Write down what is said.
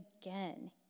again